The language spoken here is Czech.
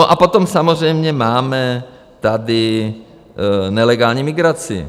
A potom samozřejmě máme tady nelegální migraci.